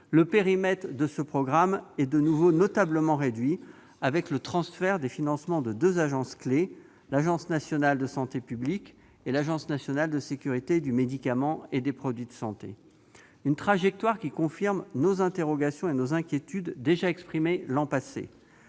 le périmètre de ce programme est de nouveau notablement réduit avec le transfert des financements de deux agences clés : l'Agence nationale de santé publique et l'Agence nationale de sécurité du médicament et des produits de santé. Cette trajectoire confirme les interrogations et inquiétudes que nous avions